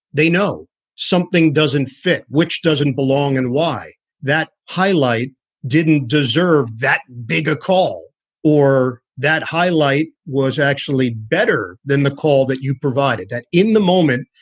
they know something doesn't fit, which doesn't belong. and why that highlight didn't deserve that big a call or that highlight was actually better than the call that you provided that in the moment.